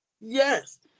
Yes